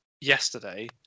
yesterday